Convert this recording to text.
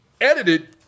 edited